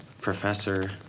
professor